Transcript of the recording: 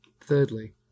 Thirdly